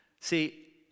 See